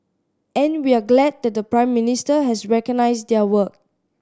and we're glad that the Prime Minister has recognised their work